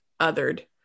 othered